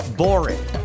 boring